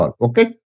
Okay